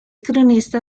cronista